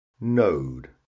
node